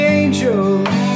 angels